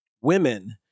women